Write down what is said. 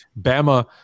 Bama